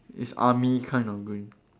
it's army kind of green